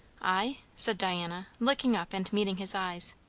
i? said diana, looking up and meeting his eyes.